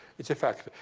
it's a fact.